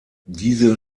diese